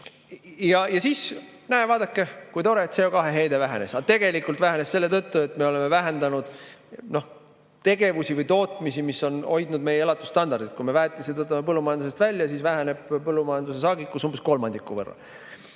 Ja siis, näe, vaadake, kui tore: CO2heide vähenes! Aga tegelikult vähenes see selle tõttu, et me oleme vähendanud tegevusi või tootmisi, mis on hoidnud meie elatusstandardit. Kui me väetised võtame põllumajandusest välja, siis väheneb põllumajanduse saagikus umbes kolmandiku võrra.